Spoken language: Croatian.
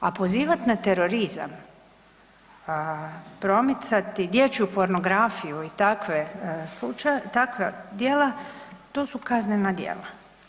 A pozivat na terorizam, promicati dječju pornografiju i takva djela, to su kaznena djela.